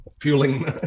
fueling